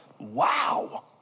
Wow